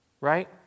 right